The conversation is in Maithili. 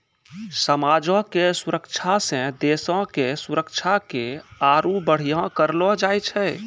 समाजो के सुरक्षा से देशो के सुरक्षा के आरु बढ़िया करलो जाय छै